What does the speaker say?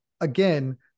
again